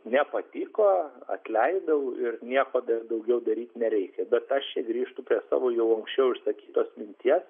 nepatiko atleidau ir nieko da daugiau daryt nereikia bet aš grįžtu prie savo jau anksčiau išsakytos minties